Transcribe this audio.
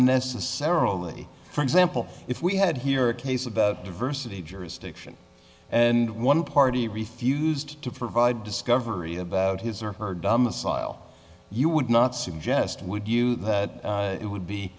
necessarily for example if we had here a case about diversity jurisdiction and one party refused to provide discovery about his or her domicile you would not suggest would you that it would be